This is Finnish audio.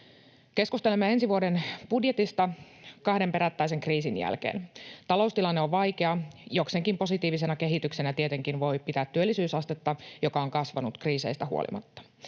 Keskustelemme ensi vuoden budjetista kahden perättäisen kriisin jälkeen. Taloustilanne on vaikea. Jokseenkin positiivisena kehityksenä tietenkin voi pitää työllisyysastetta, joka on kasvanut kriiseistä huolimatta.